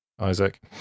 Isaac